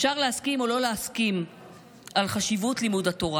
אפשר להסכים או לא להסכים על חשיבות לימוד התורה.